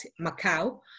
Macau